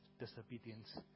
disobedience